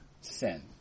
sin